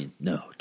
No